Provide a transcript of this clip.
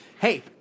hey